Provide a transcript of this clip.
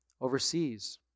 overseas